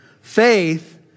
Faith